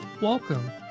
Welcome